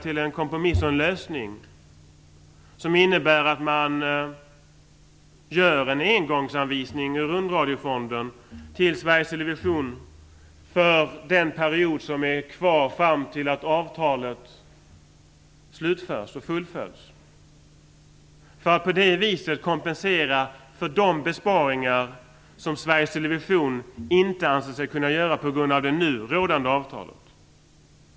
Lösningen innebär att man gör en engångsanvisning ur Rundradiofonden till Sveriges Television för den period som återstår till dess avtalet slutförs och fullföljs. På det viset kompenserar man för de besparingar som Sveriges Television inte anser sig kunna göra på grund av det nu rådande avtalet.